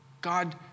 God